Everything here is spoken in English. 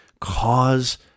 cause